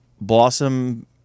blossom